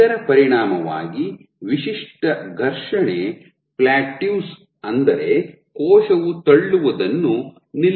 ಇದರ ಪರಿಣಾಮವಾಗಿ ವಿಶಿಷ್ಟ ಘರ್ಷಣೆ ಪ್ಲಾಟೂಯ್ಸ್ ಅಂದರೆ ಕೋಶವು ತಳ್ಳುವುದನ್ನು ನಿಲ್ಲಿಸುತ್ತದೆ